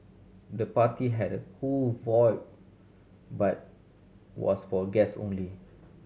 the party had a cool vibe but was for guest only